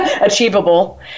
Achievable